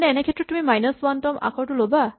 মানে এনেক্ষেত্ৰত তুমি মাইনাচ ৱান তম আখৰটো ল'বা